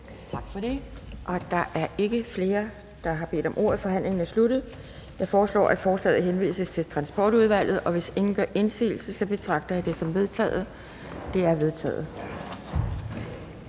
er åbnet. Da der ikke er nogen, der har bedt om ordet, er forhandlingen sluttet. Jeg foreslår, at lovforslaget henvises til Finansudvalget. Hvis ingen gør indsigelse, betragter jeg dette som vedtaget. Det er vedtaget.